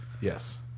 Yes